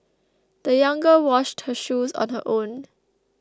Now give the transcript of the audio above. the young girl washed her shoes on her own